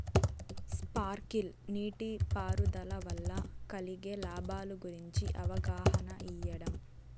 Sprinkle నీటిపారుదల వల్ల కలిగే లాభాల గురించి అవగాహన ఇయ్యడం?